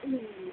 ಹ್ಞೂ